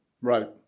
right